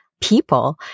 people